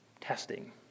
testing